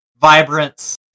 vibrance